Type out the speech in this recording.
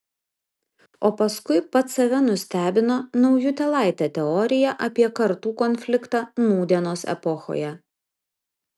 o paskui pats save nustebino naujutėlaite teorija apie kartų konfliktą nūdienos epochoje